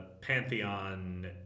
pantheon